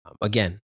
again